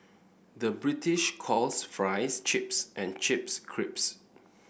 the British calls fries chips and chips crisps